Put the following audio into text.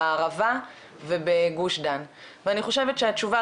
בערבה ובגוש דן ואני חושבת שהתשובה,